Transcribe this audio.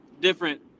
different